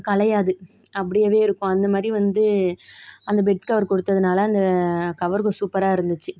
கலையாது அப்டியே இருக்கும் அந்த மாதிரி வந்து அந்த பெட் கவர் கொடுத்ததுனால அந்த கவரு சூப்பராக இருந்துச்சு